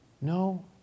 No